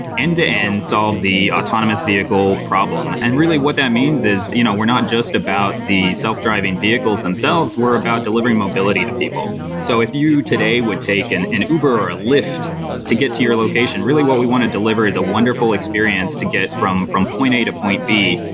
end-to-end, solve the autonomous vehicle problem. and really what that means is you know we're not just about the self-driving vehicles themselves. we're about delivering mobility people. so if you today would take and an uber or a lyft to get to your location, really what we want to deliver is a wonderful experience to get from from point a to point b.